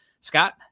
Scott